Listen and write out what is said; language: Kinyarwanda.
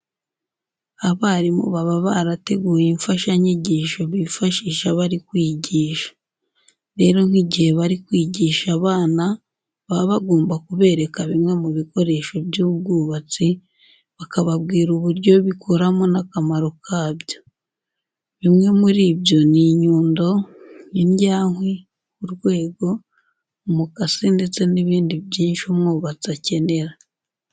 Abarimu baba barateguye imfashanyigisho bifashisha bari kwigisha. Rero nk'igihe bari kwigisha abana, baba bagomba kubereka bimwe mu bikoresho by'ubwubatsi, bakababwira uburyo bikoramo n'akamaro kabyo. Bimwe muri byo ni inyundo, indyankwi, urwego, umukasi ndetse n'ibindi byinshi umwubatsi akenera.